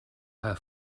her